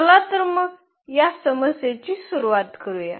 चला तर मग या समस्येची सुरूवात करूया